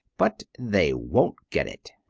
but they won't get it.